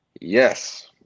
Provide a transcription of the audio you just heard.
Yes